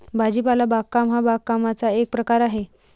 भाजीपाला बागकाम हा बागकामाचा एक प्रकार आहे